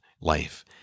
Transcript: life